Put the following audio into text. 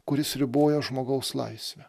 kuris riboja žmogaus laisvę